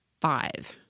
five